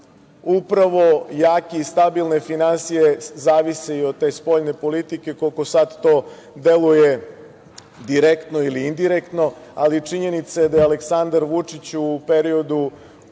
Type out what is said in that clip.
danas. Upravo jake i stabilne finansije zavise i od te spoljne politike koliko sad to deluje direktno ili indirektno, ali činjenica je da je Aleksandar Vučić u periodu